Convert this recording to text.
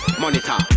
Monitor